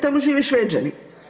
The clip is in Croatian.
Tamo žive Šveđani.